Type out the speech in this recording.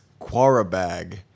Quarabag